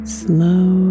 slow